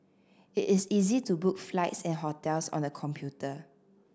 it is easy to book flights and hotels on the computer